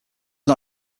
not